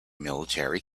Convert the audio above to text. military